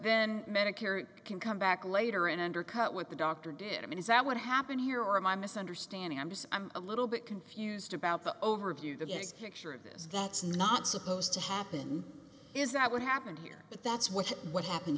then medicare it can come back later and undercut what the doctor did i mean is that what happened here are my misunderstanding i'm just i'm a little bit confused about the overview to get picture of this that's not supposed to happen is that what happened here but that's what what happened